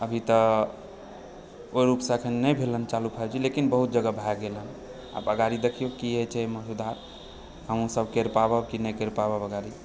अभी तऽ ओहि रुपसँ एखन नहि भेल हँ चालू फाइव जी लेकिन बहुत जगह भए गेल हँ आब अगाड़ी देखियौ की होइ छै एहिमे सुधार हमसब कर पायब कि नहि करि पायब अगाड़ी